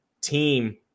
team